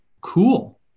Cool